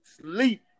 Sleep